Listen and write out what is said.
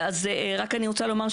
אז רק אני רוצה לומר,